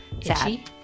Itchy